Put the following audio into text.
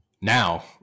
Now